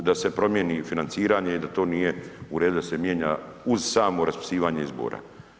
U, da se promijeni financiranje i da to nije u redu da se mijenja uz samo raspisivanje izbora.